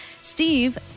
Steve